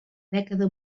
dècada